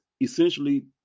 essentially